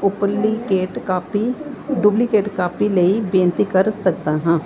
duplicate duplicate copy ਲਈ ਬੇਨਤੀ ਕਰ ਸਕਦਾ ਹਾਂ